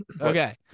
Okay